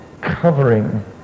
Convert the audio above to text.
covering